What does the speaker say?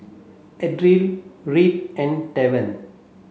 Ardelle Reed and Tavon